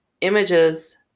images